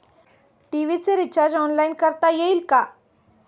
TV चे recharge online करता येईल का?